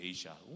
Asia